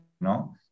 No